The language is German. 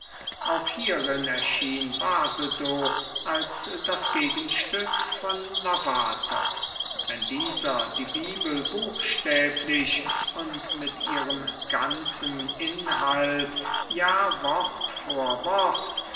auch hierin erschien basedow als das gegenstück von lavatern wenn dieser die bibel buchstäblich und mit ihrem ganzen inhalte ja wort vor wort